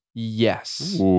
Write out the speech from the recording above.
Yes